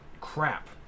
Crap